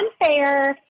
unfair